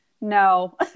no